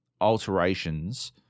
alterations